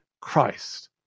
Christ